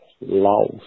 lost